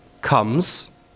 comes